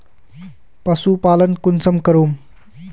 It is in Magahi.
पशुपालन कुंसम करूम?